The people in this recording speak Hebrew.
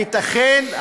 הייתכן?